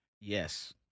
Yes